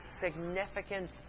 significant